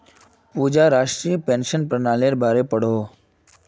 पूजा राष्ट्रीय पेंशन पर्नालिर बारे पढ़ोह